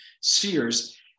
spheres